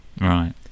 right